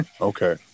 Okay